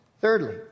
Thirdly